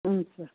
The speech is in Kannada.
ಹ್ಞೂ ಸರ್